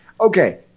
Okay